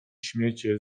śmiecie